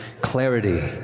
clarity